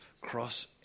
cross